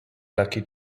lucky